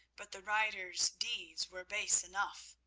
but the writer's deeds were base enough,